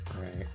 right